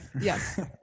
yes